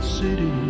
city